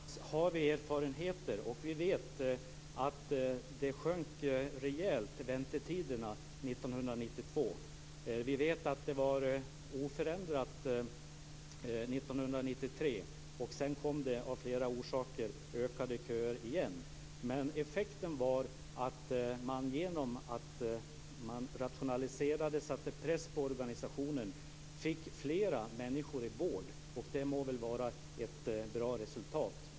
Fru talman! Som jag sade har vi erfarenheter. Vi vet att väntetiderna sjönk rejält 1992. Vi vet att läget var oförändrat 1993, och sedan ökade köerna igen av flera orsaker. Men effekten var att man genom att rationalisera och sätta press på organisationen fick flera människor under vård. Det måste vara ett bra resultat.